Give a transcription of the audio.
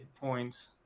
points